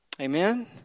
Amen